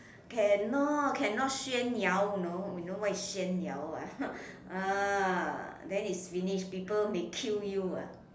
cannot cannot 炫耀 you know you know what is 炫耀 ah ah then it's finished people may kill you ah